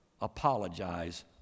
apologize